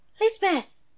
Lisbeth